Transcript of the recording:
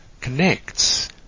connects